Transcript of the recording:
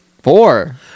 Four